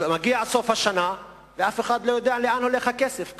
מגיע סוף השנה ואף אחד לא יודע לאן הכסף הולך,